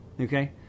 Okay